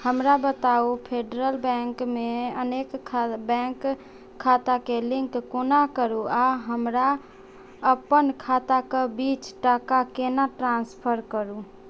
हमरा बताउ फेडरल बैङ्कमे अनेक खा बैङ्क खाताके लिङ्क कोना करूआ हमरा अपन खाताके बीच टाका केना ट्रान्सफर करू